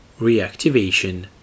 reactivation